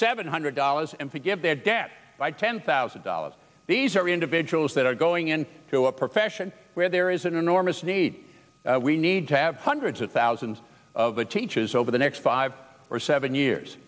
seven hundred dollars and to give their debt by ten thousand dollars these are individuals that are going in to a profession where there is an enormous need we need to have hundreds of thousands of the teachers over the next five or seven years